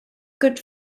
good